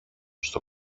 στο